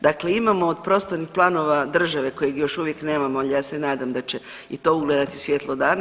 Dakle imamo od prostornih planova države koje još uvijek nemamo, ali ja se nadam da će i to ugledati svjetlo dana.